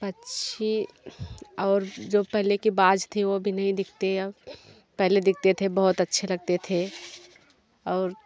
पक्षी और जो पहले के बाज थे वो भी नहीं दिखते अब पहले दिखते थे बहुत अच्छे लगते थे और